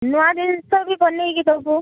ନୂଆ ଜିନିଷ ବି ବନେଇକି ଦେବୁ